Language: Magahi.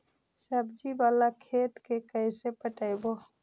सब्जी बाला खेत के कैसे पटइबै?